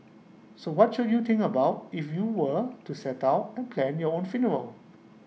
so what should you think about if you were to set out and plan your own funeral